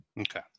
Okay